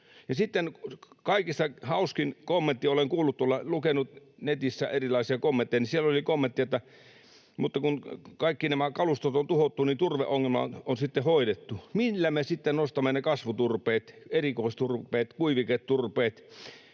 kaikista hauskin kommentti, kun olen lukenut netissä erilaisia kommentteja, oli, että kun kaikki nämä kalustot on tuhottu, niin turveongelma on sitten hoidettu. Millä me sitten nostamme ne kasvuturpeet, erikoisturpeet, kuiviketurpeet,